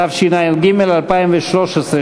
התשע"ג 2013,